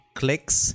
clicks